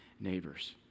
neighbors